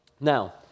Now